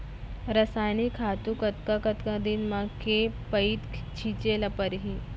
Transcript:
रसायनिक खातू कतका कतका दिन म, के पइत छिंचे ल परहि?